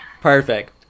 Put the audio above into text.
Perfect